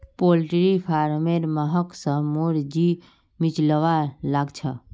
poultry फारमेर महक स मोर जी मिचलवा लाग छ